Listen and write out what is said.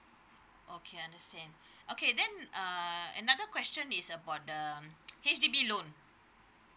okay understand okay then uh another question is about the um H_D_B loan